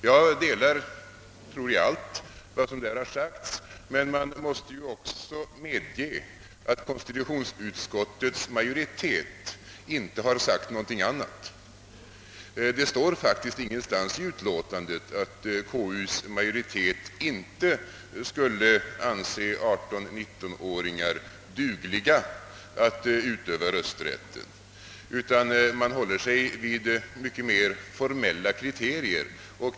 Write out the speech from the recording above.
Jag kan instämma i allt vad som därvidlag sagts, men man måste ju medge att konstitutionsutskottets majoritet inte sagt någonting annat. Det står faktiskt ingenstans i utlåtandet, att KU:s majoritet inte skulle anse aderton-, nittonåringar dugliga att utöva rösträtt. Majoriteten grundar sin uppfattning på mycket mer formella kriterier.